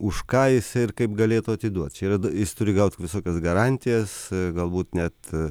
už ką jis ir kaip galėtų atiduoti čia jis turi gauti visokias garantijas galbūt net